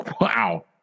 Wow